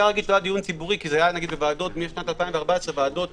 לא היה דיון ציבורי, כי מ-2014 היה הוועדות